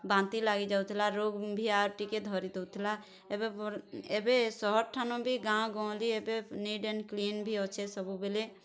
ବାନ୍ତି ଲାଗିଯାଉଥିଲା ରୋଗ୍ ଭି ଆର୍ ଟିକେ ଧରିଦେଉଥିଲା ଏବେ ଏବେ ସହର୍ ଠାନୁ ବି ଗାଁ ଗହଲି ଏବେ ନିଟ୍ ଆଣ୍ଡ୍ କ୍ଲିନ୍ ଭି ଅଛେ ସବୁବେଲେ